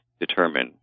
determine